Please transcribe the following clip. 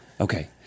Okay